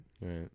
Right